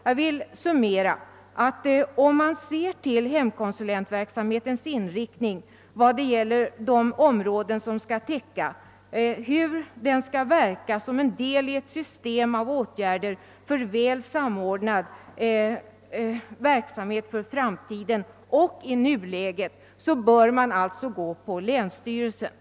Jag vill summera, att om man ser till hemkonsulentverksamhetens inriktning och de områden som skall täckas och till hur denna verksamhet skall fungera som en del i ett system av väl samordnade åtgärder i framtiden och i nuläget, så finner man att länsstyrelsen bör vara huvudman regionalt för verksamheten.